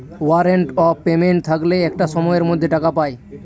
warrant of payment থাকলে একটা সময়ের মধ্যে টাকা পায়